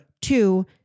Two